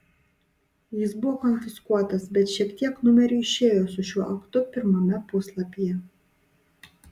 jis buvo konfiskuotas bet šiek tiek numerių išėjo su šiuo aktu pirmame puslapyje